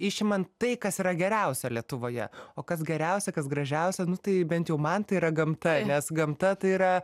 išimant tai kas yra geriausia lietuvoje o kas geriausia kas gražiausia tai bent jau man tai yra gamta nes gamta tai yra